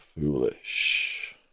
foolish